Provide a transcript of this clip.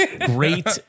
Great